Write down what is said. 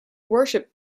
worship